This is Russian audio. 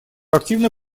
активно